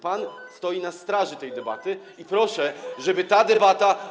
Pan stoi na straży tej debaty i proszę, żeby ta debata.